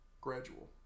gradual